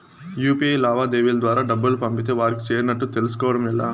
UPI లావాదేవీల ద్వారా డబ్బులు పంపితే వారికి చేరినట్టు తెలుస్కోవడం ఎలా?